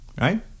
right